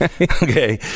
Okay